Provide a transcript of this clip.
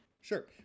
Sure